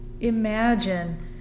imagine